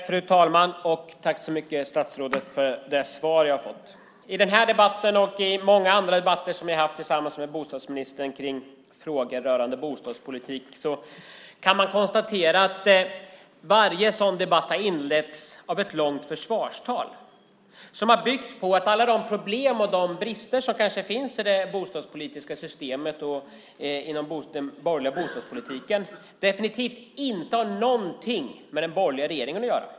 Fru talman! Tack så mycket, statsrådet, för det svar jag har fått! Jag kan konstatera att den här debatten och andra debatter som jag har haft med bostadsministern om frågor rörande bostadspolitik har inletts med ett långt försvarstal, som har byggt på att alla de problem och de brister som kanske finns i det bostadspolitiska systemet och i den borgerliga bostadspolitiken definitivt inte har någonting med den borgerliga regeringen att göra.